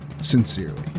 Sincerely